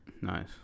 nice